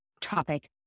topic